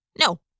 No